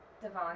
Devon